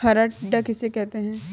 हरा टिड्डा किसे कहते हैं?